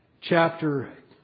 chapter